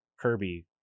kirby